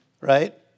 right